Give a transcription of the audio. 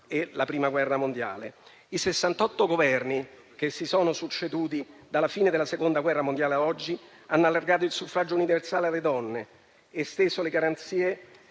e la Prima guerra mondiale. I 68 Governi che si sono succeduti dalla fine della Seconda guerra mondiale a oggi hanno allargato il suffragio universale alle donne, esteso le garanzie